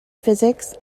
physics